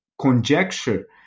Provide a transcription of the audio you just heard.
conjecture